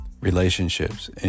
relationships